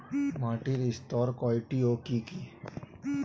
মাটির স্তর কয়টি ও কি কি?